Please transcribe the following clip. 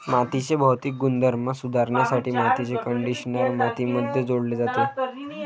मातीचे भौतिक गुणधर्म सुधारण्यासाठी मातीचे कंडिशनर मातीमध्ये जोडले जाते